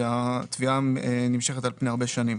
היא שהתביעה נמשכת על פני הרבה שנים.